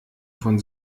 von